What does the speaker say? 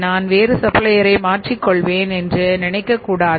நான் வேறு சப்ளையரை மாற்றிக் கொள்வேன் என்று நினைக்கக் கூடாது